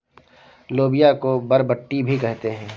लोबिया को बरबट्टी भी कहते हैं